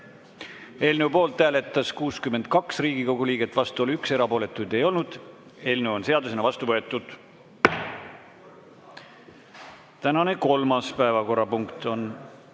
Eelnõu poolt hääletas 62 Riigikogu liiget, vastu oli 1, erapooletuid ei olnud. Eelnõu on seadusena vastu võetud. Tänane kolmas päevakorrapunkt on